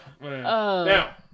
Now